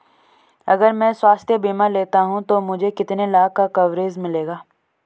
अगर मैं स्वास्थ्य बीमा लेता हूं तो मुझे कितने लाख का कवरेज मिलेगा?